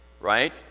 right